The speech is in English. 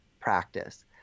practice